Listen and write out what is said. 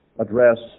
address